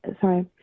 Sorry